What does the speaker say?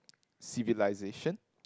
civilization